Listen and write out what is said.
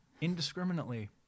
indiscriminately